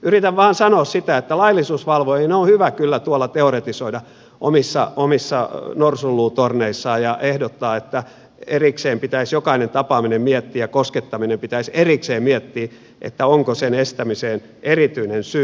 yritän vain sanoa sitä että laillisuusvalvojien on hyvä kyllä tuolla omissa norsunluutorneissaan teoretisoida ja ehdottaa että erikseen pitäisi jokainen tapaaminen miettiä koskettaminen pitäisi erikseen miettiä että onko sen estämiseen erityinen syy